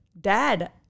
Dad